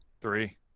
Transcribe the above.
Three